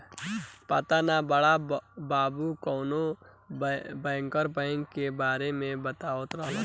पाता ना बड़ा बाबु कवनो बैंकर बैंक के बारे में बतावत रहलन